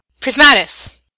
Prismatis